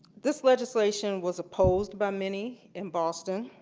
this legislation was opposed by many in boston.